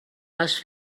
les